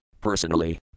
personally